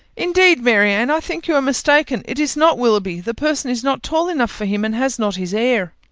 indeed, marianne, i think you are mistaken. it is not willoughby. the person is not tall enough for him, and has not his air.